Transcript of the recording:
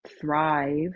thrive